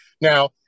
Now